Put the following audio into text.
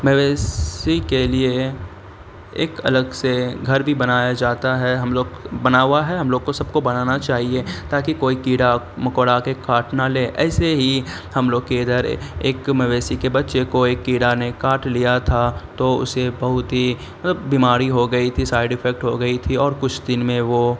مویشی کے لیے ایک الگ سے گھر بھی بنایا جاتا ہے ہم لوگ بنا ہوا ہے ہم لوگ کو سب کو بنانا چاہیے تاکہ کوئی کیڑا مکوڑا آ کے کاٹ نہ لے ایسے ہی ہم لوگ کے ادھر ایک مویشی کے بچے کو ایک کیڑا نے کاٹ لیا تھا تو اسے بہت ہی مطلب بیماری ہو گئی تھی سائڈ افیکٹ ہو گئی تھی اور کچھ دن میں وہ